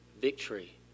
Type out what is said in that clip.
victory